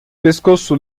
pescoço